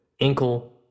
ankle